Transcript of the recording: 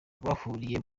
bahuriye